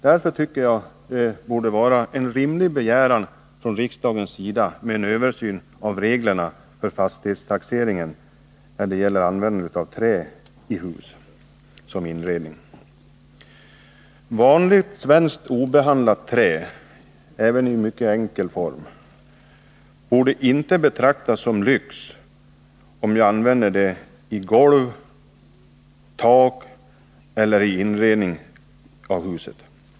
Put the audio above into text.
Därför tycker jag att en begäran till riksdagen om en översyn av reglerna för fastighetstaxeringen när det gäller trä som inredning i hus är en rimlig begäran. Vanligt svenskt obehandlat trä borde inte betraktas som lyx, om jag använder det i golv, tak eller inredning av hus.